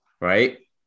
right